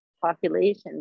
population